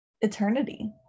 eternity